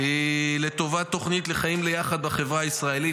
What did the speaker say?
לטובת תוכנית חיים ביחד בחברה הישראלית,